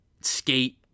skate